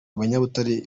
abanyabutare